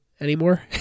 anymore